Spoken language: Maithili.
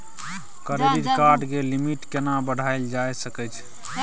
क्रेडिट कार्ड के लिमिट केना बढायल जा सकै छै?